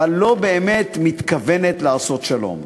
אבל לא באמת מתכוונת לעשות שלום.